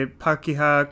pakiha